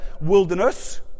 wilderness